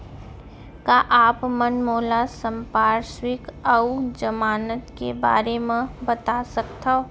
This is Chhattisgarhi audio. का आप मन मोला संपार्श्र्विक अऊ जमानत के बारे म बता सकथव?